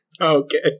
Okay